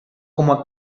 como